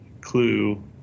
clue